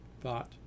thought